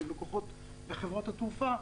שהם לקוחות של חברת התעופה,